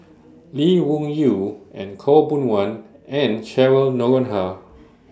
Lee Wung Yew and Khaw Boon Wan and Cheryl Noronha